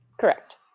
Correct